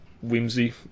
whimsy